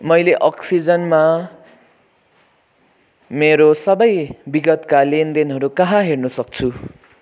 मैले अक्सिजनमा मेरो सबै बिगतका लेनदेनहरू कहाँ हेर्न सक्छु